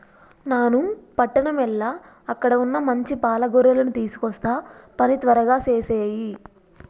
నాను పట్టణం ఎల్ల అక్కడ వున్న మంచి పాల గొర్రెలను తీసుకొస్తా పని త్వరగా సేసేయి